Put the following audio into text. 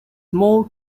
more